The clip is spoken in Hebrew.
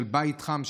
בעמותה של בית חם,